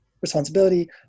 responsibility